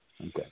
Okay